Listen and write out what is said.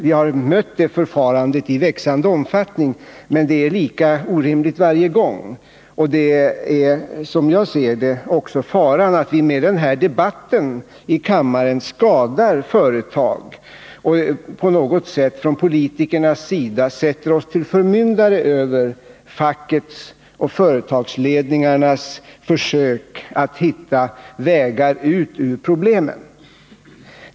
Vi har mött det förfarandet i växande omfattning, men det är lika orimligt varje gång. Som jag ser det, är det också en fara att vi med den här debatten i kammaren skadar företag och på något sätt från politikernas sida sätter oss till förmyndare över fackets och företagsledningarnas försök att hitta vägar ut ur problemen.